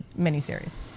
miniseries